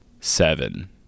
seven